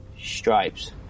Stripes